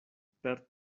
per